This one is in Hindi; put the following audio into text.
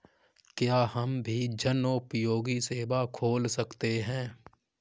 क्या हम भी जनोपयोगी सेवा खोल सकते हैं?